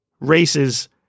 Races